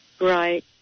Right